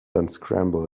unscramble